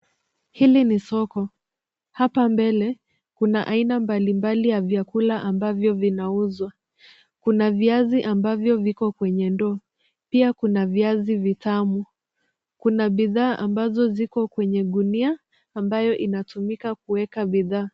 Hili ni soko. Hapa mbele, kuna aina mbalimbali ya vyakula ambavyo vinauzwa. Kuna viazi ambavyo viko kwenye ndoo. Pia kuna viazi vitamu. Kuna bidhaa ambazo ziko kwenye gunia ambayo inatumika kuweka bidhaa.